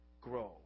grow